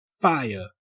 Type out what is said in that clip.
fire